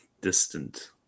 distant